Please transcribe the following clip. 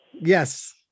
Yes